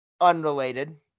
unrelated